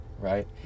right